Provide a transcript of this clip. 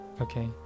Okay